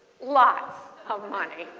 lots of money.